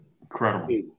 incredible